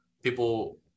people